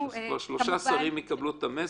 אז כבר שלושה שרים יקבלו את המסר.